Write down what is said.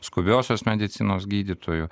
skubiosios medicinos gydytojų